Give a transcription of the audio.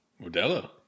Modelo